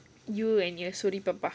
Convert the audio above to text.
you and your suri papa